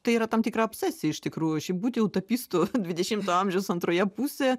tai yra tam tikra obsesija iš tikrųjų šiaip būti utopistu dvidešimto amžiaus antroje pusėje